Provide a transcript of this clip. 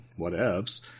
whatevs